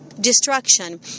destruction